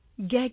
Get